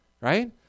right